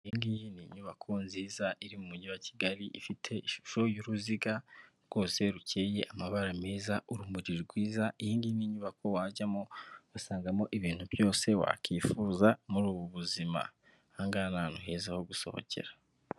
Iyi ngiyi ni inyubako nziza iri mu Mujyi wa Kigali ifite ishusho y'uruziga, rwose rukeye amabara meza urumuri rwiza, iyi ngiyi ni inyubako wajyamo ugasangamo ibintu byose wakwifuza muri ubu buzima, aha ngaha ni ahantu heza ho gusohokera.